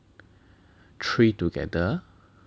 three together